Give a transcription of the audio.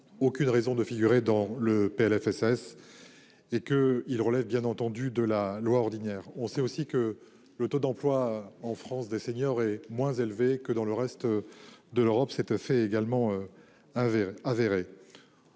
aucune raison de figurer dans le PLFSS. Et que il relève bien entendu de la loi ordinaire. On sait aussi que le taux d'emploi en France des seniors est moins élevé que dans le reste. De l'Europe cette fait également. Avéré